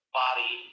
body